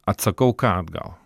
atsakau ką atgal